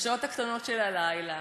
בשעות הקטנות של הלילה,